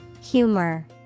Humor